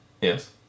Yes